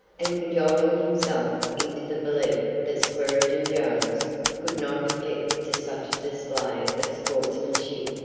and cajoling himself into the belief that swearengen jones could not object to such a display of sportsmanship,